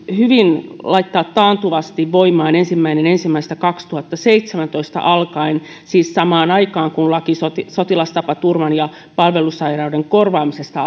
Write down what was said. hyvin laittaa taantuvasti voimaan ensimmäinen ensimmäistä kaksituhattaseitsemäntoista alkaen siis samaan aikaan kun astui voimaan laki sotilastapaturman ja palvelussairauden korvaamisesta